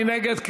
מי נגד?